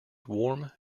warm